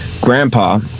grandpa